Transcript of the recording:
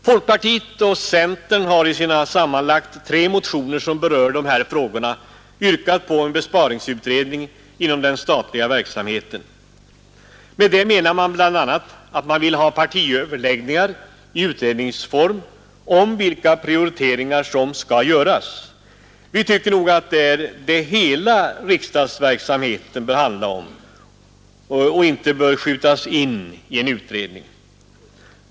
Folkpartiet och centern har i sina sammanlagt tre motioner som berör dessa frågor yrkat på en besparingsutredning inom den statliga verksamheten. Med det menar man bl.a. att man vill ha partiöverläggningar i utredningsform om vilka prioriteringar som skall göras. Vi tycker att det är detta hela riksdagsverksamheten bör handla om, och det är inte något som bör skjutas in i en utredning.